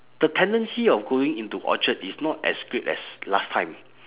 the tendency of going into orchard is not as great as last time